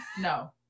no